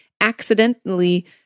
accidentally